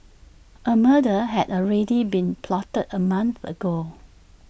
A murder had already been plotted A month ago